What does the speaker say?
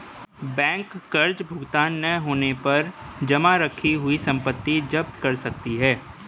bank कर्ज भुगतान न होने पर जमा रखी हुई संपत्ति जप्त कर सकती है